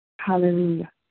Hallelujah